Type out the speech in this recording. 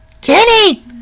Kenny